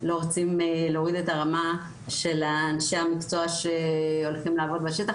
לא רוצים להוריד את הרמה של אנשי המקצוע שהולכים לעבוד בשטח,